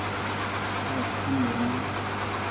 Lakshman Murmu